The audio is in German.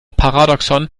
paradoxon